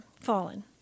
fallen